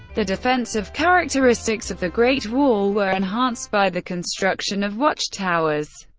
the defensive characteristics of the great wall were enhanced by the construction of watch towers,